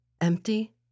empty